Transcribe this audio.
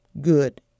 Good